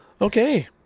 Okay